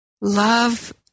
Love